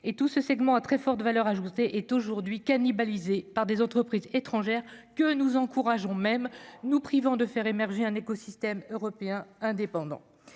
et tout se segments à très forte valeur ajoutée est aujourd'hui cannibalisé par des entreprises étrangères que nous encourageons même nous privant de faire émerger un écosystème européen indépendant